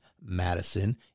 Madison